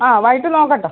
ആ വൈകിട്ട് നോക്കട്ടെ